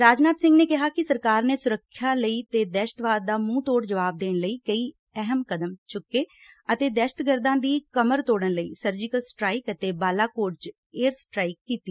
ਰਾਜਨਾਬ ਸਿੰਘ ਨੇ ਕਿਹਾ ਕਿ ਸਰਕਾਰ ਨੇ ਸੁਰੱਖਿਆ ਲਈ ਤੇ ਦਹਿਸ਼ਤਵਾਦ ਦਾ ਮੁੰਹਤੋੜ ਜਵਾਬ ਦੇਣ ਲਈ ਕਈ ਅਹਿਮ ਕਦਮ ਚੁੱਕੇ ਅਤੇ ਦਹਿਸ਼ਤਗਰਦਾਂ ਦੀ ਕਮਰ ਤੋੜਨ ਲਈ ਸਰਜੀਕਲ ਸਟਰਾਇਕ ਅਤੇ ਬਾਲਾਕੋਟ ਵਿਚ ਏਅਰ ਸਟਰਾਈਕ ਕੀਤੀ